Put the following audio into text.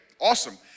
awesome